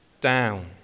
down